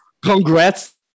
Congrats